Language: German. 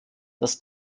das